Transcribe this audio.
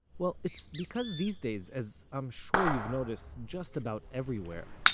well, it's because these days, as i'm sure you've noticed just about everywhere,